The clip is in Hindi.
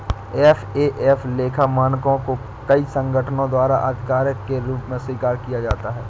एफ.ए.एफ लेखा मानकों को कई संगठनों द्वारा आधिकारिक के रूप में स्वीकार किया जाता है